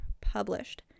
published